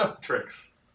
Tricks